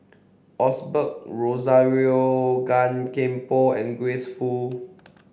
Osbert Rozario Gan Thiam Poh and Grace Fu